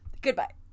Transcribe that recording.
Goodbye